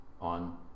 on